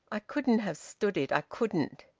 i couldn't have stood it. i couldn't.